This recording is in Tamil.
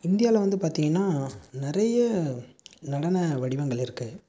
இந்தியாவில் வந்து பார்த்தீங்கன்னா நிறைய நடன வடிவங்கள் இருக்கு